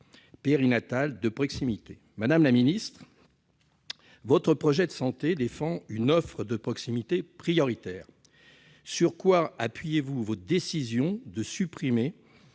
périnatal de proximité. Madame la secrétaire d'État, votre projet de santé défend une offre de proximité prioritaire. Sur quoi appuyez-vous votre décision de supprimer